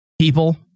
people